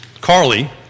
Carly